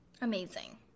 Amazing